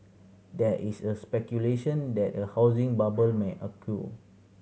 there is a speculation that a housing bubble may